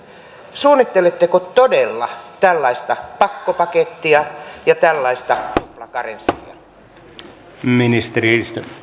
suunnitteletteko todella tällaista pakkopakettia ja tällaista tuplakarenssia